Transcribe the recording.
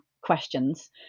questions